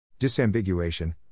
Disambiguation